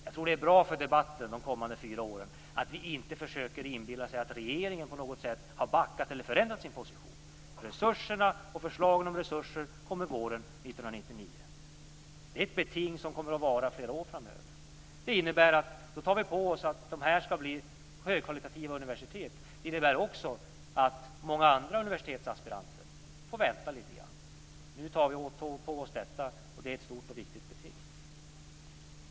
Jag tror att det är bra för debatten de kommande fyra åren att inte försöka inbilla sig att regeringen på något sätt har backat eller förändrat sin position. Resurserna och förslagen om resurser kommer våren 1999. Det här är ett beting som kommer att vara flera år framöver. Det innebär att vi tar på oss att de här tre skall bli högkvalitativa universitet. Det innebär också att många andra universitetsaspiranter får vänta lite grann. Nu tar vi på oss detta, och det är ett stort och viktigt beting.